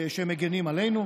שמגינים עלינו.